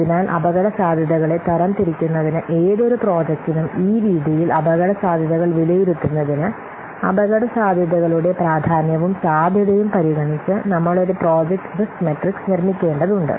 അതിനാൽ അപകടസാധ്യതകളെ തരംതിരിക്കുന്നതിന് ഏതൊരു പ്രോജക്റ്റിനും ഈ രീതിയിൽ അപകടസാധ്യതകൾ വിലയിരുത്തുന്നതിന് അപകടസാധ്യതകളുടെ പ്രാധാന്യവും സാധ്യതയും പരിഗണിച്ച് നമ്മൾ ഒരു പ്രോജക്റ്റ് റിസ്ക് മെട്രിക്സ് നിർമ്മിക്കേണ്ടതുണ്ട്